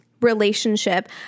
relationship